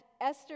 Esther